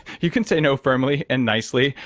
you can say no firmly and nicely,